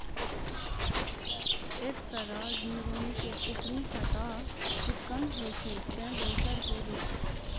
एक तरह झिंगुनी के ऊपरी सतह चिक्कन होइ छै, ते दोसर के रूख